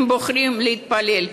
הם בוחרים להתפלל.